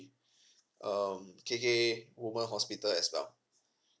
um K_K women hospital as well